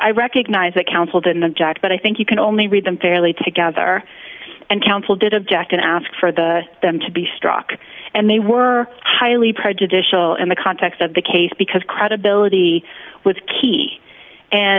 i recognize that council didn't object but i think you can only read them fairly together and counsel did object and ask for the them to be struck and they were highly prejudicial in the context of the case because credibility was key and